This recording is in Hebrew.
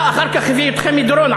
אחר כך הביא את חמי דורון,